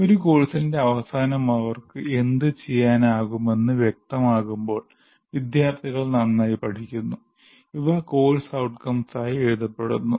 ഒരു കോഴ്സിന്റെ അവസാനം അവർക്ക് എന്ത് ചെയ്യാനാകുമെന്ന് വ്യക്തമാകുമ്പോൾ വിദ്യാർത്ഥികൾ നന്നായി പഠിക്കുന്നു ഇവ കോഴ്സ് outcomes ആയി എഴുതപ്പെടുന്നു